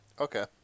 Okay